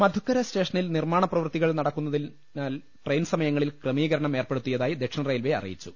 മധുക്കര സ്റ്റേഷനിൽ നിർമ്മാണ പ്രവൃത്തികൾ നടക്കുന്നതി നാൽ ട്രെയിൻ സമയങ്ങളിൽ ക്രമീകരണം ഏർപ്പെടുത്തിയതായി ദക്ഷിണറെയിൽവെ അറിയിച്ചു